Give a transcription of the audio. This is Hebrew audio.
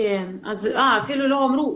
אה אפילו לא אמרו.